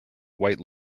white